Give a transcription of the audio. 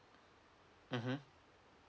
mmhmm